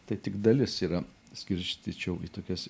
tai tik dalis yra skirstyčiau į tokias